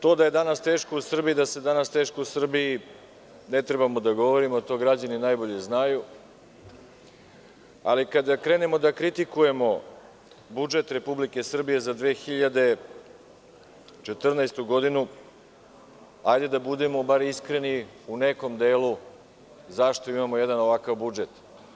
To da je danas teško u Srbiji, to ne treba da govorimo, to građani najbolje znaju, ali kada krenemo da kritikujemo budžet Republike Srbije za 2014. godinu, hajde da budemo bar iskreni u nekom delu, zašto imamo jedan ovakav budžet.